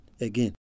again